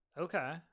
Okay